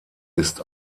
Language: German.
ist